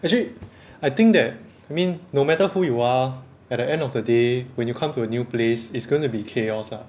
actually I think that I mean no matter who you are at the end of the day when you come to a new place it's going to be chaos lah